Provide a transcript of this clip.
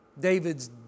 David's